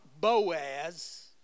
Boaz